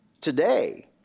today